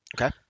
okay